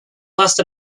last